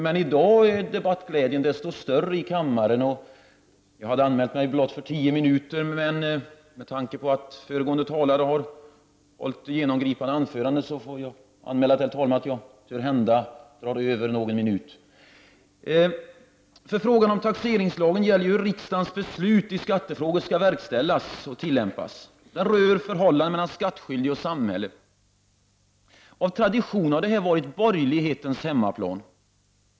I dag är dock debattglädjen desto större i kammaren. Jag har anmält mig blott för tio minuter, men med tanke på att de föregående talarna har hållit genomgripande anföranden får jag meddela till herr talmannen att jag törhända drar över någon minut. Frågan om taxeringslagen gäller hur riksdagens beslut skall verkställas och tillämpas. Den rör förhållandet mellan skattskyldig och samhälle. Av tradition har detta varit borgerlighetens hemmaplan.